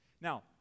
Now